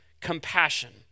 compassion